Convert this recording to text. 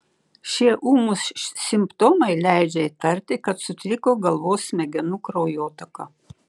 šie ūmūs simptomai leidžia įtarti kad sutriko galvos smegenų kraujotaka